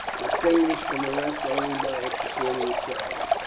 distinguished from the rest only by its superior size.